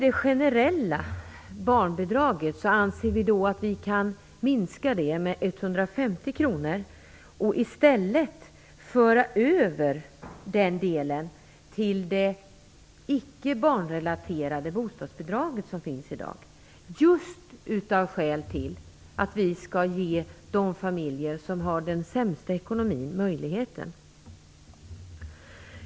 Det generella barnbidraget anser vi att vi kan minska med 150 kr och i stället föra över den delen till det icke barnrelaterade bostadsbidrag som finns i dag, just av det skälet att vi skall ge de familjer som har den sämsta ekonomin en möjlighet.